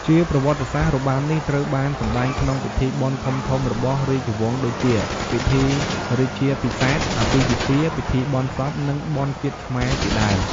ជាប្រវត្តិសាស្ត្រ របាំនេះត្រូវបានសម្តែងក្នុងពិធីបុណ្យធំៗរបស់រាជវង្សដូចជា ពិធីរាជាភិសេក អាពាហ៍ពិពាហ៍ ពិធីបុណ្យសព និងបុណ្យជាតិខ្មែរជាដើម។